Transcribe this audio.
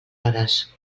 hores